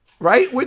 Right